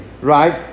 right